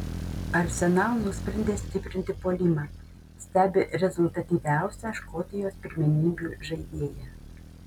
arsenal nusprendė stiprinti puolimą stebi rezultatyviausią škotijos pirmenybių žaidėją